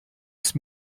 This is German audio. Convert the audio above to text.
ist